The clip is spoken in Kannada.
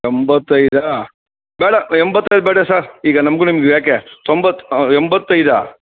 ತೊಂಬತ್ತೈದಾ ಬೇಡ ಎಂಬತ್ತೈದು ಬೇಡ ಸರ್ ಈಗ ನಮಗೂ ನಿಮಗೂ ಯಾಕೆ ತೊಂಬತ್ತು ಎಂಬತ್ತೈದಾ